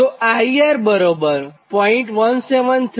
તો IR 0